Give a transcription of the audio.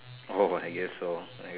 oh I guess so I